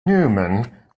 newman